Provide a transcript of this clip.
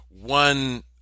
one